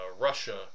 Russia